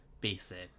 basic